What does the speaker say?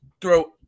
throw